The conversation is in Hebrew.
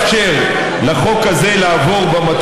הוועדה אפשרה לממשלה לקבוע החלה הדרגתית של הוראות